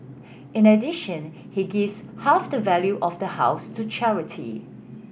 in addition he gives half the value of the house to charity